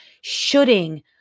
shooting